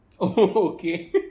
Okay